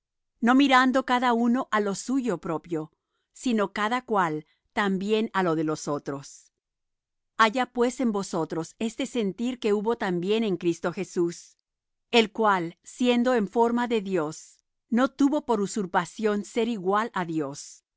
no mirando cada uno á lo suyo propio sino cada cual también á lo de los otros haya pues en vosotros este sentir que hubo también en cristo jesús el cual siendo en forma de dios no tuvo por usurpación ser igual á dios